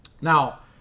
Now